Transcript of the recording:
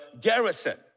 garrison